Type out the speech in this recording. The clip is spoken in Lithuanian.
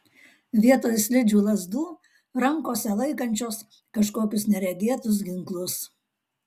vietoj slidžių lazdų rankose laikančios kažkokius neregėtus ginklus